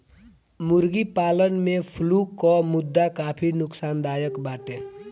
मुर्गी पालन में फ्लू कअ मुद्दा काफी नोकसानदायक बाटे